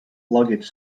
luggage